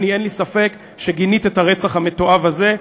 אין לי ספק שגינית את הרצח המתועב הזה.